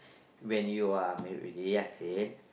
when you are maybe D_S_A